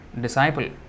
disciple